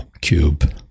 cube